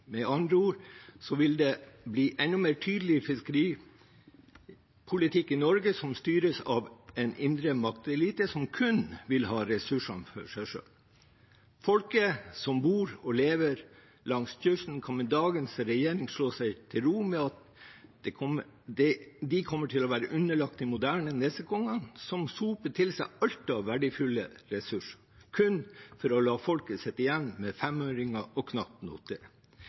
i Norge styres av en indre maktelite som kun vil ha ressursene for seg selv. Folket som bor og lever langs kysten, kan med dagens regjering slå seg til ro med at de kommer til å være underlagt de moderne nessekongene som soper til seg alt av verdifulle ressurser, kun for å la folket sitte igjen med femøringer og knapt